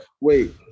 wait